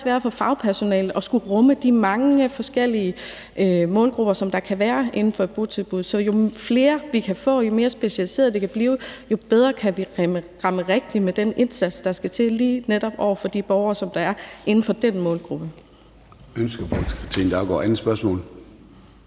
sværere for fagpersonalet at skulle rumme de mange forskellige målgrupper, der kan være inden for et botilbud. Så jo flere tilbud vi kan få, og jo mere specialiseret det kan blive, jo bedre kan vi ramme rigtigt med den indsats, der lige netop skal til over for de borgere, der er inden for den målgruppe. Kl. 11:04 Formanden (Søren